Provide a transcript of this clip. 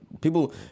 people